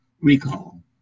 recall